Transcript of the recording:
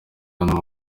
anthony